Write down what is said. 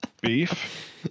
Beef